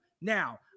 Now